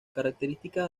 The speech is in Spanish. características